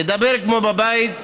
לדבר כמו בבית,